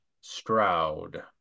Stroud